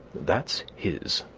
that's his.